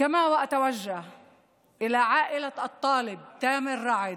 כמו כן אני פונה אל משפחת הסטודנט תאמר רעד,